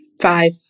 five